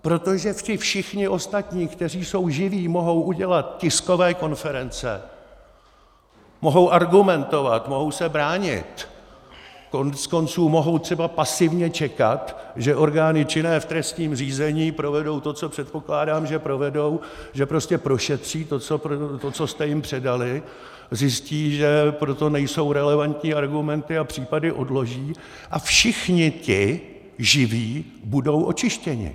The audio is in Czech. Protože ti všichni ostatní, kteří jsou živí, mohou udělat tiskové konference, mohou argumentovat, mohou se bránit, koneckonců mohou třeba pasivně čekat, že orgány činné v trestním řízení provedou to, co předpokládám, že provedou, že prostě prošetří to, co jste jim předali, zjistí, že pro to nejsou relevantní argumenty, a případy odloží a všichni ti živí budou očištěni.